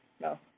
No